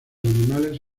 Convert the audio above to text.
animales